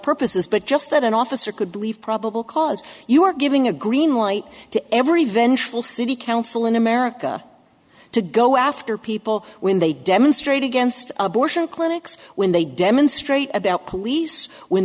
purposes but just that an officer could believe probable cause you are giving a green light to every vengeful city council in america to go after people when they demonstrate against abortion clinics when they demonstrate about police when